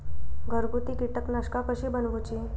घरगुती कीटकनाशका कशी बनवूची?